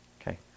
Okay